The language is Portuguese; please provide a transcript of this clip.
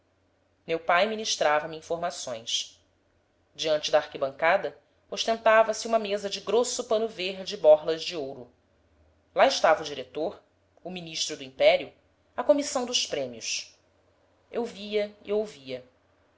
meu pai ministrava me informações diante da arquibancada ostentava se uma mesa de grosso pano verde e borlas de ouro lá estava o diretor o ministro do império a comissão dos prêmios eu via e ouvia